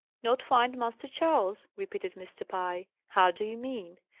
not find master charles? repeated mr. pye. how do you mean?